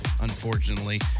unfortunately